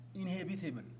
inhabitable